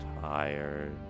tired